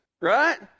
right